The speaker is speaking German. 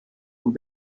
und